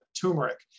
turmeric